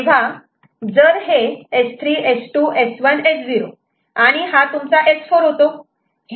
A तेव्हा जर हे S3 S2 S1 S0 आणि हा तुमचा S4 होतो